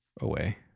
away